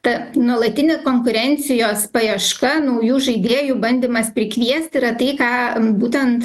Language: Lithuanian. ta nuolatinė konkurencijos paieška naujų žaidėjų bandymas prikviesti yra tai ką būtent